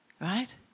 Right